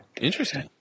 Interesting